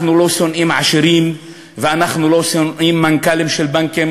אנחנו לא שונאים עשירים ואנחנו לא שונאים מנכ"לים של בנקים,